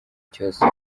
cyose